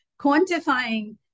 quantifying